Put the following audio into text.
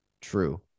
true